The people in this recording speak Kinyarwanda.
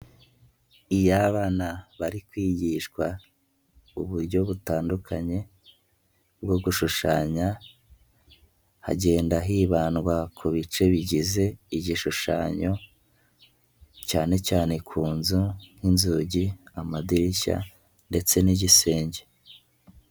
Iyo abana bari kwigishwa uburyo butandukanye bwo gushushanya hagenda hibandwa ku bice bigize igishushanyo cyane cyane ku nzu n'inzugi, amadirishya ndetse n'igisenge.